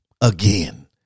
again